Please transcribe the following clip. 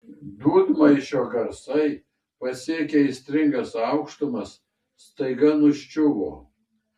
dūdmaišio garsai pasiekę aistringas aukštumas staiga nuščiuvo